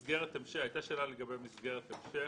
הייתה שאלה לגבי מסגרת המשך.